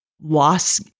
loss